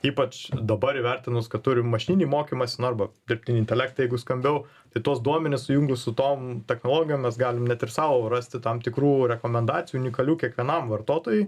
ypač dabar įvertinus kad turim mašinį mokymąsi nu arba dirbtinį intelektą jeigu skambiau tai tuos duomenis sujungus su tom technologijom mes galim net ir sau rasti tam tikrų rekomendacijų unikalių kiekvienam vartotojui